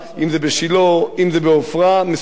מסירות נפש לעקור,